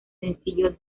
sencillo